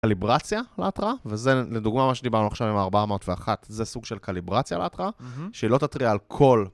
קליברציה להתראה, וזה לדוגמה מה שדיברנו עכשיו עם ה־401, זה סוג של קליברציה להתראה שהיא לא תתריע על כל...